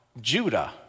Judah